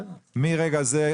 מרגע זה,